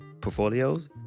portfolios